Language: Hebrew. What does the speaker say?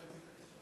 בסדר.